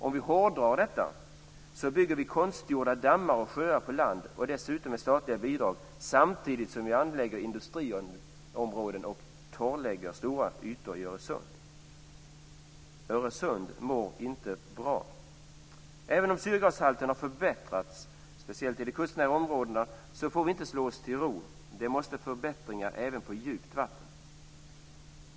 Om vi hårdrar detta, bygger vi konstgjorda dammar och sjöar på land, dessutom med statliga bidrag, samtidigt som vi anlägger industriområden och torrlägger stora ytor i Öresund. Öresund mår inte bra! Även om syrgashalten har förbättrats, speciellt i de kustnära områdena, får vi inte slå oss till ro. Det måste till förbättringar även på djupt vatten.